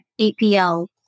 APL